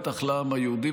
בטח לעם היהודי,